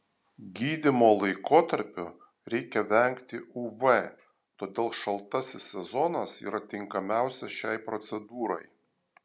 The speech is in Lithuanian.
gydymo laikotarpiu reikia vengti uv todėl šaltasis sezonas yra tinkamiausias šiai procedūrai